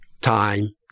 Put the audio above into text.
time